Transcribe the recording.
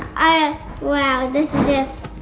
ah wow, this is